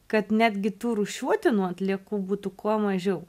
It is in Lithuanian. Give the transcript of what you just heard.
kad netgi tų rūšiuotinų atliekų būtų kuo mažiau